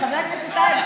חבר הכנסת טייב,